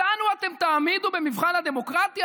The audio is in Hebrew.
אותנו אתם תעמידו במבחן הדמוקרטיה?